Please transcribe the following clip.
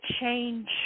change